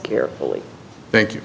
carefully thank you